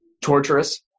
torturous